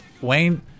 Wayne